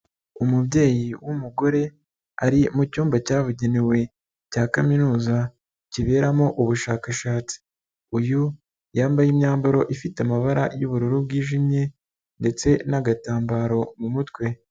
Umubyeyi w'umugore ari mu cyumba cyabugenewe cya kaminuza kiberamo ubushakashatsi, uyu yambaye imyambaro ifite amabara y'ubururu bwijimye ndetse n'agatambaro mu mutwe.